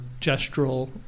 gestural